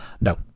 no